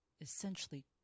essentially